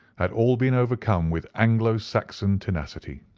had all been overcome with anglo-saxon tenacity.